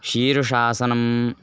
शीर्षासनम्